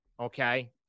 Okay